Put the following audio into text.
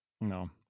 No